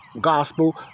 gospel